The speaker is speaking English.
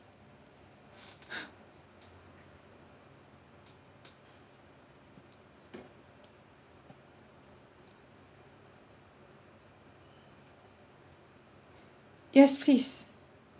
yes please